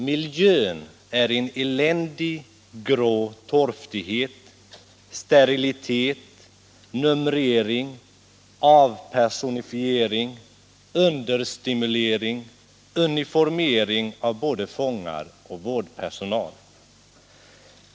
Miljön är en eländig grå torftighet, sterilitet, numrering, avpersonifiering, understimulering, uniformering av både fångar och vårdpersonal.